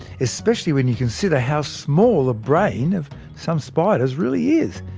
especially when you consider how small the brain of some spiders really is!